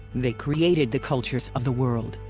they created the cultures of the world.